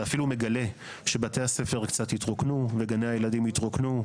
אתה אפילו מגלה שבתי הספר קצת התרוקנו וגני הילדים התרוקנו,